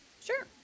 Sure